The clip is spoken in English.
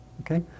okay